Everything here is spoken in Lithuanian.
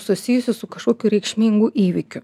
susijusi su kažkokiu reikšmingu įvykiu